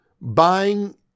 buying